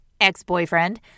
Ex-boyfriend